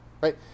right